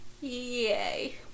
Yay